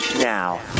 now